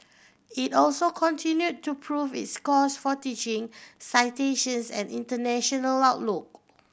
it also continue to prove its scores for teaching citations and international outlook